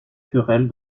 querelle